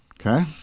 okay